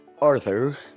Arthur